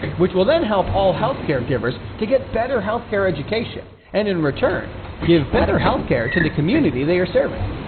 which will then help all healthcare givers to get better healthcare education and in return give better healthcare to the community they are serving.